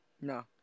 No